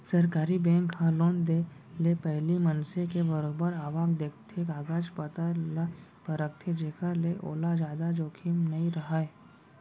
सरकारी बेंक ह लोन देय ले पहिली मनसे के बरोबर आवक देखथे, कागज पतर ल परखथे जेखर ले ओला जादा जोखिम नइ राहय